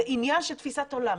זה עניין של תפיסת עולם.